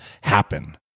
happen